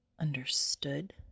understood